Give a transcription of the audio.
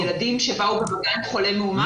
ילדים שבאו במגע עם חולה מאומת?